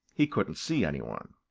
he couldn't see any one.